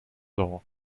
law